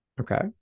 Okay